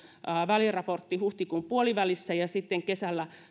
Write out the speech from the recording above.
väliraportti huhtikuun puolivälissä ja sitten kesällä